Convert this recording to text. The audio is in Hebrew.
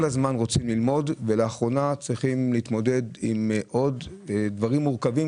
כל הזמן רוצים ללמוד ולאחרונה צריכים להתמודד עם עוד דברים מורכבים.